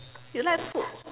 you like food